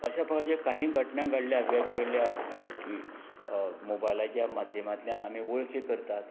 अशे पळय जे काही घटना घडल्या वेगवेगळ्या मोबायलांच्या माद्यमांतल्यान आमी वळखी करतात